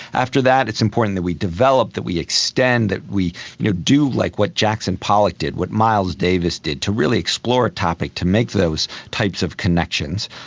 after that it's important that we develop, that we extend, that we do like what jackson pollock did, what miles davis did, to really explore a topic, to make those types of connections.